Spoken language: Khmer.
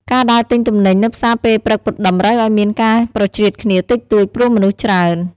ការដើរទិញទំនិញនៅផ្សារពេលព្រឹកតម្រូវឱ្យមានការប្រជ្រៀតគ្នាតិចតួច ព្រោះមនុស្សច្រើន។